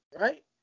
right